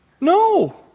No